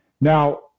Now